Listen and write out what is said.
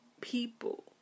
people